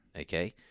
Okay